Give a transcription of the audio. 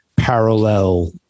parallel